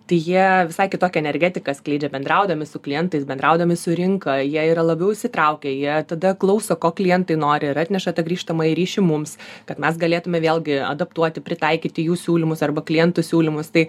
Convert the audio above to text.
tai jie visai kitokią energetiką skleidžia bendraudami su klientais bendraudami su rinka jie yra labiau įsitraukę jie tada klauso ko klientai nori ir atneša tą grįžtamąjį ryšį mums kad mes galėtume vėlgi adaptuoti pritaikyti jų siūlymus arba klientų siūlymus tai